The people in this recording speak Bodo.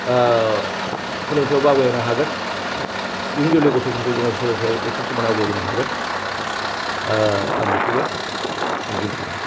सोलोंथाइआवबो आवगायहोनो हागोन इयुन जोलै गथ'फोरखौ जोङो सोलोंथाइआव जथेस्त' माने आवगायबोनो हागोन आं बेखौबो मिजिंथिदों